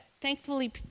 thankfully